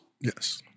Yes